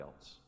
else